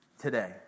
today